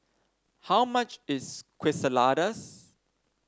how much is Quesadillas